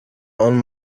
own